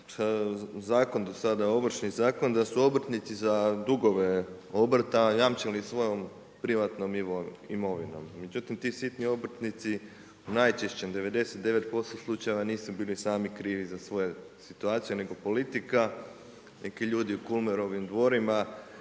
Ovršni zakon da su obrtnici za dugove obrta jamčili svojom privatnom imovinom, međutim ti sitni obrtnici najčešće u 99% slučajeva nisu bili sami krivi za svoju situaciju nego politika, neki ljudi u Kulemrovim dvorima